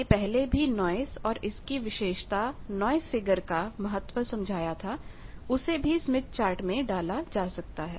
मैंने पहले भी नॉइस और इसकी विशेषता नाइस फिगर का महत्व समझाया था उसे भी स्मिथ चार्ट में डाला जा सकता है